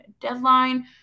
deadline